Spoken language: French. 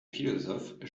philosophe